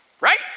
right